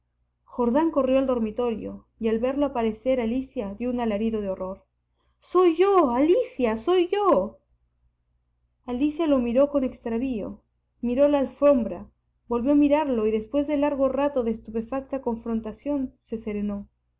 jordán corrió al dormitorio y al verlo aparecer alicia dió un alarido de horror soy yo alicia soy yo alicia lo miró con extravío miró la alfombra volvió a mirarlo y después de largo rato de estupefacta confrontación se serenó